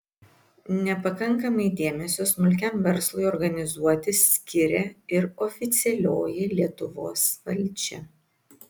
nepakankamai dėmesio smulkiam verslui organizuoti skiria ir oficialioji lietuvos valdžia